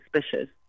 suspicious